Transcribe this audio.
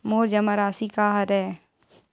मोर जमा राशि का हरय?